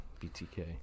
BTK